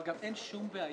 אבל גם אין שום בעיה,